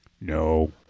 no